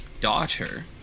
daughter